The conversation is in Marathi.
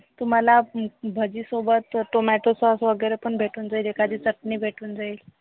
तुम्हाला भजी सोबत टोमॅटो सॉस वगैरे पण भेटून जाईल एखादी चटणी भेटून जाईल